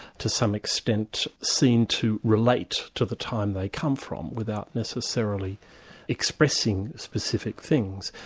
to some extent, seen to relate to the time they come from, without necessarily expressing specific things.